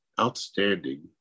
outstanding